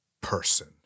person